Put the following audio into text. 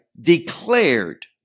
declared